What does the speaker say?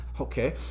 Okay